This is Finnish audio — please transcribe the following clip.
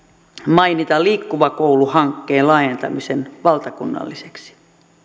mainita liikkuva koulu hankkeen laajentamisen valtakunnalliseksi